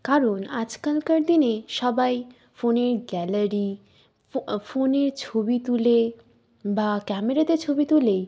কারণ আজকালকার দিনে সবাই ফোনের গ্যালারি ফোনে ছবি তুলে বা ক্যামেরাতে ছবি তুলেই